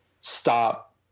stop